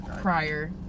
prior